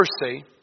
mercy